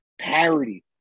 parody